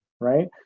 right